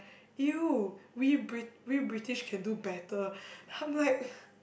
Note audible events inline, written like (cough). !eww! we Brit~ we British can do better I'm like (breath)